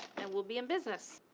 and we'll be in business.